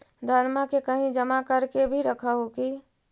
धनमा के कहिं जमा कर के भी रख हू की?